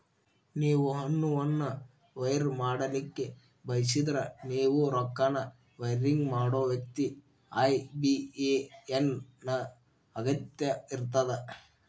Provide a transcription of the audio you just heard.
ನೇವು ಹಣವನ್ನು ವೈರ್ ಮಾಡಲಿಕ್ಕೆ ಬಯಸಿದ್ರ ನೇವು ರೊಕ್ಕನ ವೈರಿಂಗ್ ಮಾಡೋ ವ್ಯಕ್ತಿ ಐ.ಬಿ.ಎ.ಎನ್ ನ ಅಗತ್ಯ ಇರ್ತದ